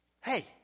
Hey